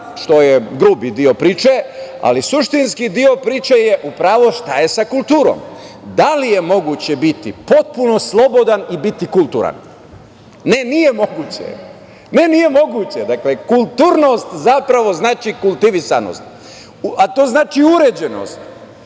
što je grubi deo priče. Ali, suštinski deo priče je upravo – šta je sa kulturom? Da li je moguće biti potpuno slobodan i biti kulturan? Ne, nije moguće. Dakle, kulturnost zapravo znači kultivisanost, a to znači uređenost,